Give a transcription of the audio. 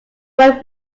when